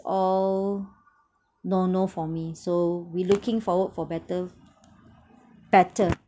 all no no for me so we looking forward for better better